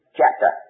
chapter